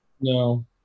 No